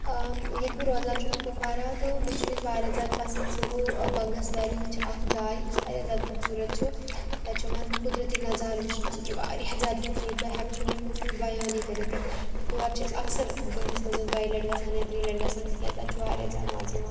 ییٚتہِ بہٕ روزان چھُ کُپواراہ تہٕ مےٚ چھُ ییٚتہِ واریاہ زیادٕ پَسنٛد سُہ گوٚو بنٛگَس ویلی یہِ چھِ اَکھ جاے یُس واریاہ زیادٕ خوٗبصوٗرت چھُ تَتہِ چھِ یِوان تِم قُدرتی نظارٕ وُچھنہٕ سُہ چھُ واریاہ زیادٕ خوٗبصوٗرت بہٕ ہٮ۪کہٕ نہٕ تَمِچ خوٗبصوٗرت بیانٕے کٔرِتھ تہٕ تور چھِ أسۍ اَکثر ؤرِیَس منٛز دۄیہِ لَٹہِ گژھان یا ترٛےٚ لَٹہِ گژھان تِکیٛازِ تَتِہِ چھُ واریاہ زیادٕ مَزٕ یِوان